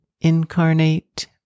incarnate